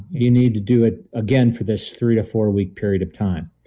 you need to do it again for this three to four week period of time